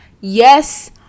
Yes